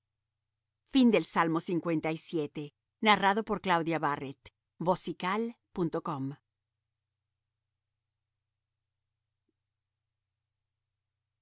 al músico principal salmo de